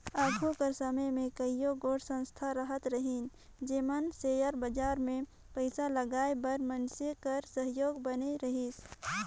आघु कर समे में कइयो गोट संस्था रहत रहिन जेमन सेयर बजार में पइसा लगाए बर मइनसे कर सहयोगी बने रहिन